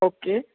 okay